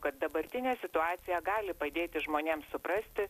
kad dabartinė situacija gali padėti žmonėms suprasti